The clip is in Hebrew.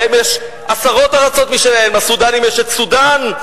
להם יש עשרות ארצות משלהם: לסודנים יש סודן,